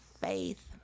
faith